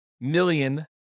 million